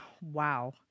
Wow